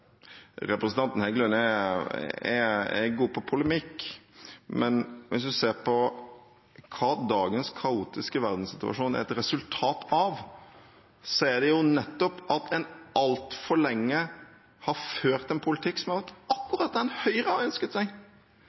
Representanten Heggelund er god på polemikk, men hvis en ser på hva dagens kaotiske verdenssituasjon er et resultat av, er det nettopp at en altfor lenge har ført en politikk som har vært akkurat den Høyre har ønsket seg,